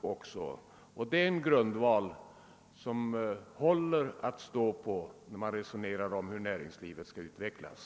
Detta utskottsmajoritetens = tillvägagångssätt är en grundval som håller att stå på när man resonerar om hur näringslivet skall utvecklas.